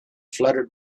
fluttered